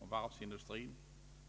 om varvsindustrin.